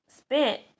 spent